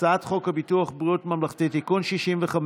הצעת חוק משפחות חיילים שנספו במערכה (תגמולים ושיקום)